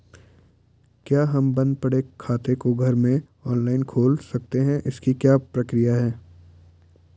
क्या हम बन्द पड़े खाते को घर में ऑनलाइन खोल सकते हैं इसकी क्या प्रक्रिया है?